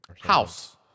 House